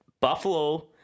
Buffalo